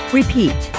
repeat